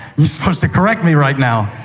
you're supposed to correct me right now.